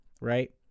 Right